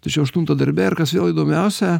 tai čia jau aštuntą darbe ir kas įdomiausia